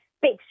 Big